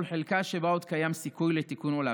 חלקה שבה עוד קיים סיכוי לתיקון עולם.